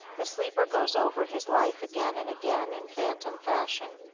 the sleeper goes over his life again and again in phantom fashion.